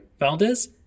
Valdez